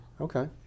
Okay